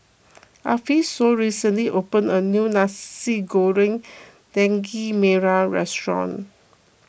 Alphonso recently opened a new Nasi Goreng Daging Merah restaurant